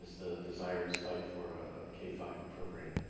the desired site for a k five program.